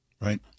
Right